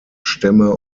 stämme